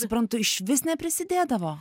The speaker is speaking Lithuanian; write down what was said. suprantu išvis neprisidėdavo